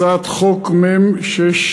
הצעות חוק מ/627.